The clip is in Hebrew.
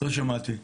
לא שמעתי.